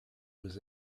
was